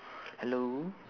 hello